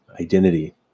identity